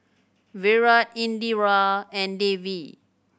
Virat Indira and Devi